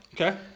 Okay